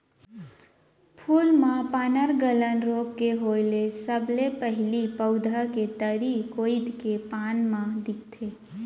फूल म पर्नगलन रोग के होय ले सबले पहिली पउधा के तरी कोइत के पाना म दिखथे